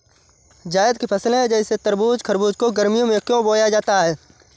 जायद की फसले जैसे तरबूज़ खरबूज को गर्मियों में क्यो बोया जाता है?